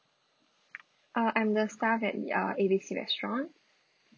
uh I'm the staff at uh A B C restaurant